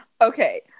Okay